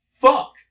fuck